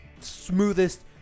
smoothest